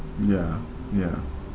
ya ya